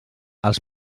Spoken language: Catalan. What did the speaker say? els